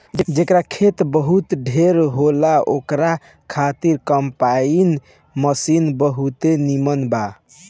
जेकरा खेत खूब ढेर होला ओकरा खातिर कम्पाईन मशीन बहुते नीमन बा